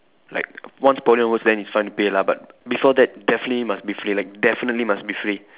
like once poly onwards then it's fine to pay lah but before that definitely must be free like definitely must be free